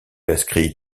inscrit